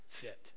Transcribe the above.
fit